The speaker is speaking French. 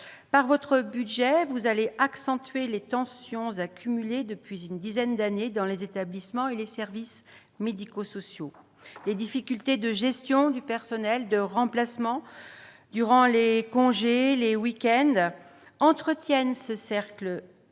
Par votre budget, vous allez accentuer les tensions accumulées depuis une dizaine d'années dans les établissements et services médico-sociaux. Les difficultés de gestion du personnel et de remplacement durant les week-ends et les congés entretiennent le cercle vicieux